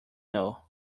know